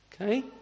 Okay